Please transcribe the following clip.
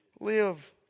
live